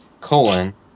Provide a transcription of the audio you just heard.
colon